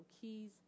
Keys